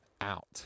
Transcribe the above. out